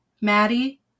Maddie